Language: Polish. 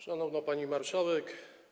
Szanowna Pani Marszałek!